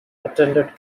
attended